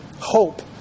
hope